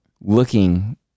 looking